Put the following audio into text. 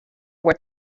were